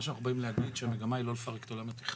מה שאנחנו אומרים הוא שהמגמה היא לא לפרק את עולם התכנון